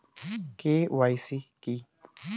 KYC কী?